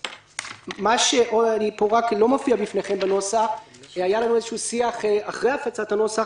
מה שלא מופיע בנוסח שבפניכם היה לנו איזשהו שיח לאחר הפצת הנוסח